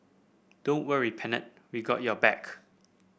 don't worry Pennant we got your back